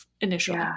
initially